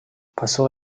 pasó